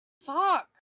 Fuck